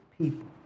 people